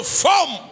form